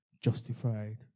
Justified